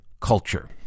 culture